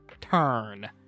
turn